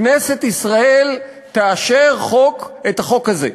כנסת ישראל תאשר את החוק הזה,